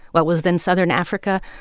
what was then southern africa,